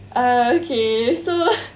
okay so